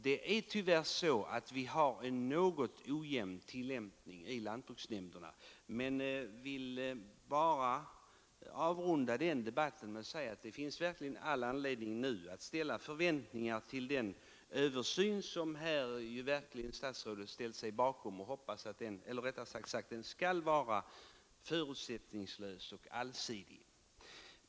Det är tyvärr så att vi har en något ojämn tillämpning i lantbruksnämnderna. Men jag vill avrunda den debatten med att säga, att det finns verkligen all anledning att nu ha förväntningar på den översyn som statsrådet ställt sig bakom och sagt skall vara förutsättningslös och allsidig.